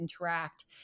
interact